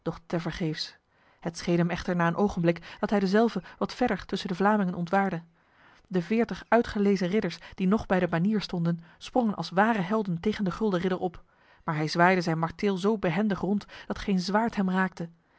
het scheen hem echter na een ogenblik dat hij dezelve wat verder tussen de vlamingen ontwaarde de veertig uitgelezen ridders die nog bij de banier stonden sprongen als ware helden tegen de gulden ridder op maar hij zwaaide zijn marteel zo behendig rond dat geen zwaard hem raakte